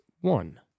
one